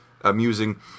amusing